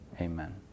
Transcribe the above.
Amen